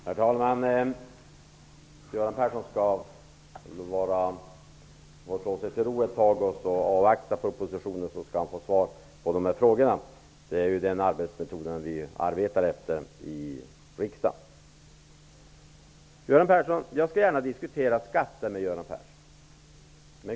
Herr talman! Göran Persson får slå sig till ro ett tag och avvakta propositionen. Då skall han få svar på sina frågor. Det är den arbetsmetod vi har i riksdagen. Men jag skall gärna diskutera skatter med Göran Persson.